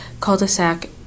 Cul-de-sac